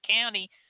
county